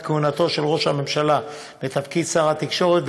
כהונתו של ראש הממשלה בתפקיד שר התקשורת,